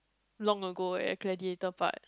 long ago eh Gladiator part